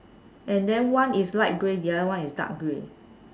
and then one is light grey the other one is dark grey